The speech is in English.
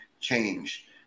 change